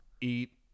Eat